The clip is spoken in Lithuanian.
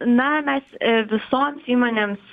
na mes visoms įmonėms